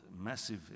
massive